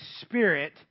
spirit